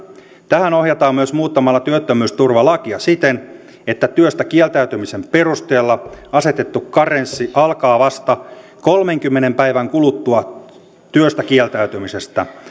tähän ohjataan myös muuttamalla työttömyysturvalakia siten että työstä kieltäytymisen perusteella asetettu karenssi alkaa vasta kolmenkymmenen päivän kuluttua työstä kieltäytymisestä